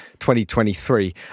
2023